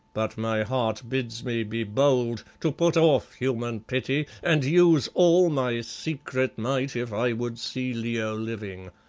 but my heart bids me be bold, to put off human pity, and use all my secret might if i would see leo living.